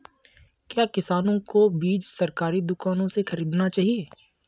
क्या किसानों को बीज सरकारी दुकानों से खरीदना चाहिए?